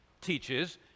teaches